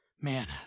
Man